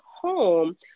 home